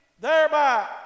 thereby